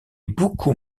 beaucoup